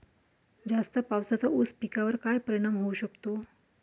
जास्त पावसाचा ऊस पिकावर काय परिणाम होऊ शकतो?